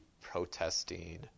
protesting